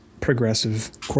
progressive